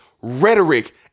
rhetoric